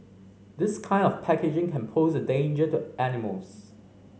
this kind of packaging can pose a danger to animals